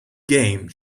game